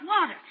water